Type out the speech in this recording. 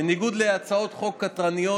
בניגוד להצעות חוק קנטרניות,